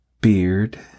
beard